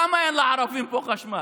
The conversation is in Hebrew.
למה אין לערבים פה חשמל?